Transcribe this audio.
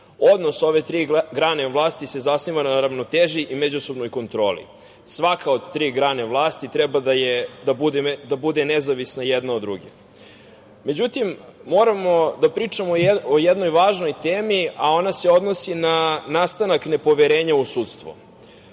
Odnos ove tri grane vlasti se zasniva na ravnoteži i međusobnoj kontroli. Svaka od te tri grane vlasti treba da bude nezavisna jedne od druge.Međutim, moramo da pričamo o jednoj važnoj temi, a ona se odnosi na nastanak nepoverenja u sudstvo.